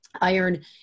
iron